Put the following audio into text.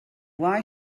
why